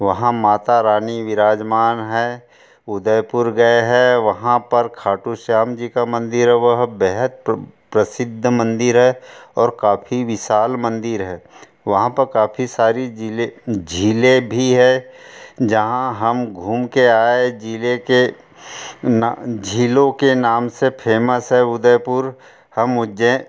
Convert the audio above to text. वहाँ माता रानी विराजमान हैं उदयपुर गए हैं वहाँ पर खाटू श्याम जी का मंदिर है वह बेहद प्रसिद्ध मंदिर है और काफ़ी विशाल मंदिर है वहाँ पर काफ़ी सारी जिले झीलें भी हैं जहाँ हम घूम के आए झीलों के ना झीलों के नाम से फेमस है उदयपुर हम उज्जैन